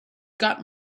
got